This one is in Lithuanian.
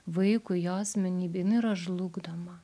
vaikui jo asmenybė jinai yra žlugdoma